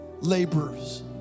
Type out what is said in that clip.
laborers